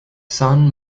son